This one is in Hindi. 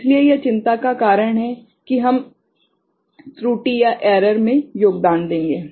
इसलिए यह चिंता का कारण है कि हम त्रुटि में योगदान देंगे